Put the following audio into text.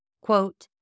Quote